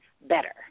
better